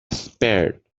spared